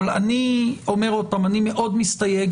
שוב אני מאוד מסתייג